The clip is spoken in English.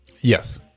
Yes